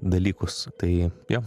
dalykus tai jo